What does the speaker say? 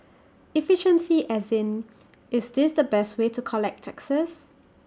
efficiency as in is this the best way to collect taxes